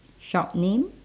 shop name